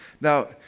Now